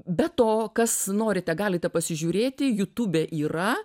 be to kas norite galite pasižiūrėti jutube yra